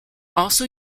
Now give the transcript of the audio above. also